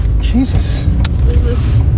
Jesus